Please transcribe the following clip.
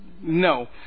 No